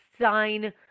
sign